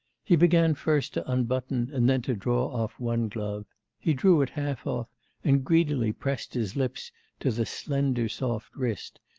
he began first to unbutton and then to draw off one glove he drew it half off and greedily pressed his lips to the slender, soft wrist,